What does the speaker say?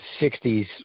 60s